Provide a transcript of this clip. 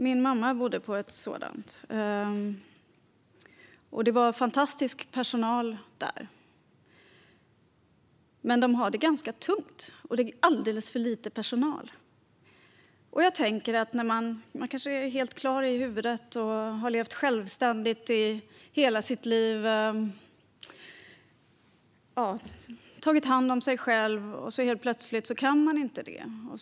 Min mamma bodde på ett sådant boende. Det var fantastisk personal där. Men den har det ganska tungt, och det är alldeles för lite personal. Man kanske är helt klar i huvudet och har levt självständigt i hela sitt liv, tagit hand om sig själv, och helt plötsligt kan man inte det. Fru talman!